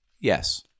Yes